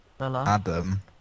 Adam